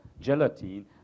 gelatin